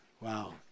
Wow